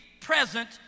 present